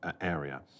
area